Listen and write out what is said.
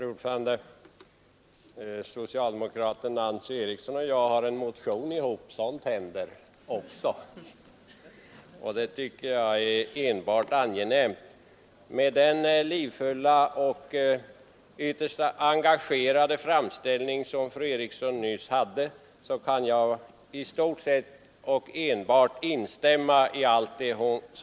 Fru talman! Socialdemokraten Nancy Eriksson och jag har en motion ihop — också sådant händer! Det tycker jag är enbart angenämt. Jag kan helt och fullt instämma i fru Erikssons livfulla och ytterst engagerade framställning.